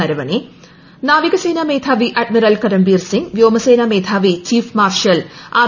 നരവണേ നാവികസേനാ മേധാവി അഡ്മിറൽ കരംബീർ സിങ്ങ് വ്യോമസേനാ മേധാവി ചീഫ് മാർഷൽ ആർ